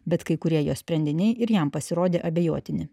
bet kai kurie jo sprendiniai ir jam pasirodė abejotini